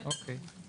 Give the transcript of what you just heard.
כן, אוקיי.